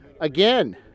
Again